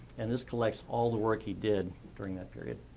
and this collects all the work he did during that period.